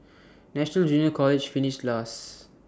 national junior college finished last